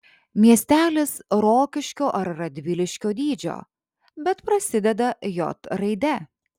miestelis rokiškio ar radviliškio dydžio bet prasideda j raide